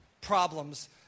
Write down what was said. problems